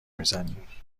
میزنی